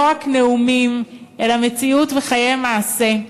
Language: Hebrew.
לא רק נאומים אלא מציאות וחיי מעשה,